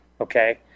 okay